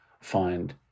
find